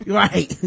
right